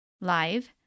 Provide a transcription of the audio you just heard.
live